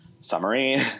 summary